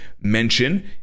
mention